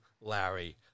Larry